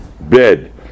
bed